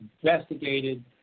investigated